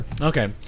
Okay